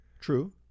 True